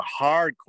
hardcore